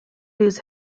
lose